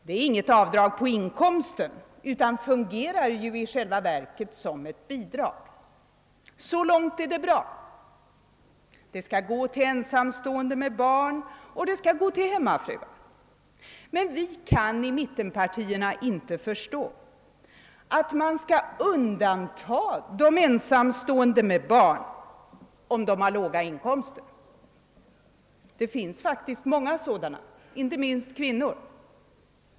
Det är inget avdrag på inkomsten utan fungerar i själva verket som ett bidrag — så långt är det bra. Det skall gå till ensamstående med barn, och det skall gå till hemmafruar. Men vi kan i mittenpartierna inte förstå att man skall undanta de ensamstående med barn, om de har låga inkomster. Det finns faktiskt många sådana, inte minst kvinnor.